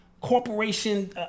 corporation